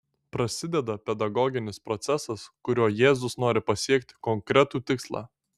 prasideda pedagoginis procesas kuriuo jėzus nori pasiekti konkretų tikslą